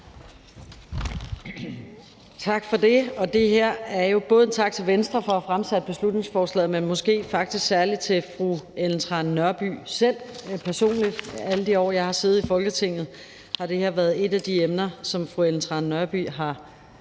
Tak for det. Det her er jo både en tak til Venstre for at have fremsat beslutningsforslaget, men måske faktisk en særlig tak til fru Ellen Trane Nørby selv, personligt. Alle de år, jeg har siddet i Folketinget, har det her været et af de emner, som fru Ellen Trane Nørby har holdt